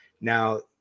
Now